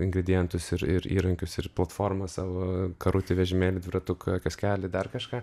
ingredientus ir ir įrankius ir platformą savo karutį vežimėlį dviratuką kioskelį dar kažką